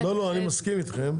אין לי בעיה, אני מסכים איתכם,